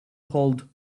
hold